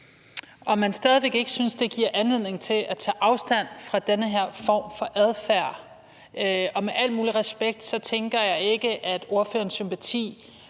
og man stadig væk ikke synes, det giver anledning til at tage afstand fra den her form for adfærd – og med al mulig respekt tænker jeg ikke, at ordførerens sympati